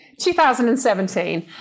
2017